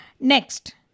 Next